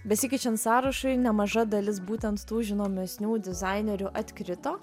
besikeičiant sąrašui nemaža dalis būtent tų žinomesnių dizainerių atkrito